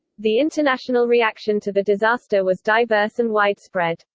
the international reaction to the disaster was diverse and widespread.